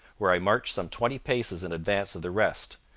where i marched some twenty paces in advance of the rest,